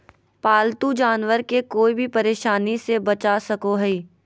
पालतू जानवर के कोय भी परेशानी से बचा सको हइ